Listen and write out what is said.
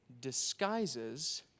disguises